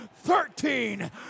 thirteen